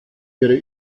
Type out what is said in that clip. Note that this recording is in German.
ihre